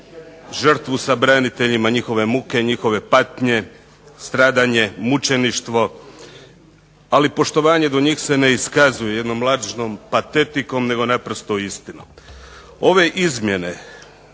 žrtvu sa braniteljima, njihove muke, njihove patnje, stradanje, mučeništvo, ali poštovanje do njih se ne iskazuje jednom lažnom patetikom, nego naprosto istinom. Ove izmjene,